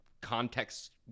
Context